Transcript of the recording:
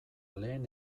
lehen